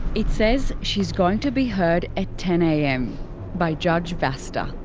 it says she's going to be heard at ten am by judge vasta.